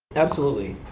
absolutely.